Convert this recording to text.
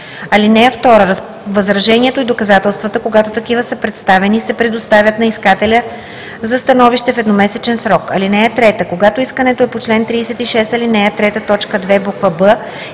(2) Възражението и доказателствата, когато такива са представени, се предоставят на искателя за становище в едномесечен срок. (3) Когато искането е по чл. 36, ал. 3, т. 2, буква „б“